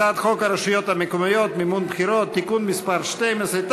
הצעת חוק הרשויות המקומיות (מימון בחירות) (תיקון מס' 12),